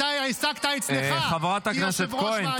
לא תומכי הטרור שאתה העסקת אצלך כיושב-ראש ועדת חוץ וביטחון.